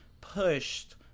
pushed